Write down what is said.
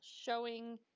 Showing